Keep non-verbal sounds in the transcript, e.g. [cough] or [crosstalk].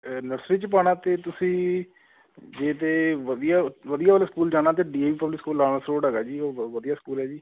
nursery 'ਚ ਪਾਉਣਾ ਤਾਂ ਤੁਸੀਂ ਜੇ ਤਾਂ ਵਧੀਆ ਵਧੀਆ ਵਾਲੇ ਸਕੂਲ ਜਾਣਾ ਤਾਂ D A V public school ਲਾਉਣਾ [unintelligible] ਹੈਗਾ ਜੀ ਉਹ ਵਧੀਆ ਸਕੂਲ ਹੈ ਜੀ